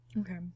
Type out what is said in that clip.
Okay